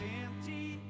empty